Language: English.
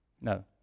No